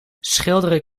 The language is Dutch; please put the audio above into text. schilderen